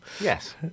Yes